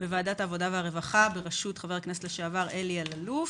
בוועדת העבודה והרווחה בראשות חבר הכנסת לשעבר אלי אללוף.